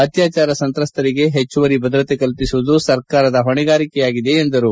ಅತ್ಯಾಚಾರ ಸಂತ್ರಸ್ತರಿಗೆ ಹೆಚ್ಚುವರಿ ಭದ್ರತೆ ಕಲ್ಪಿಸುವುದು ಸರ್ಕಾರದ ಹೊಣೆಗಾರಿಕೆಯಾಗಿದೆ ಎಂದರು